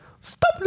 Stop